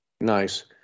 Nice